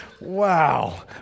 Wow